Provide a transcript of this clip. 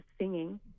singing